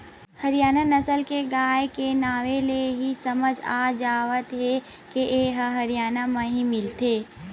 हरियाना नसल के गाय के नांवे ले ही समझ म आ जावत हे के ए ह हरयाना म ही मिलथे